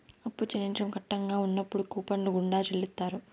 అప్పు చెల్లించడం కట్టంగా ఉన్నప్పుడు కూపన్ల గుండా చెల్లిత్తారు